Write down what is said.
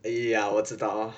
!aiya! 我知道